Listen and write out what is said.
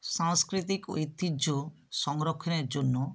সাংস্কৃতিক ঐতিহ্য সংরক্ষণের জন্য